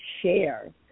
share